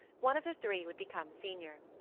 one of the three would become senior.